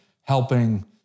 helping